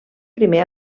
primer